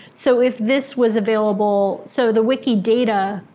so if this was available, so the wikidata